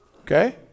Okay